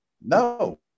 No